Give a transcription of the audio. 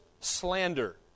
slander